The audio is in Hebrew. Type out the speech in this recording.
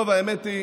טוב, האמת היא